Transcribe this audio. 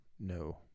No